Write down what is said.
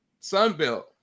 Sunbelt